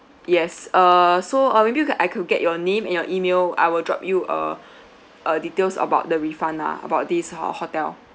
yes uh so uh maybe you can I could get your name and your email I will drop you uh uh details about the refund lah about this ho~ hotel